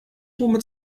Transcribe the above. womit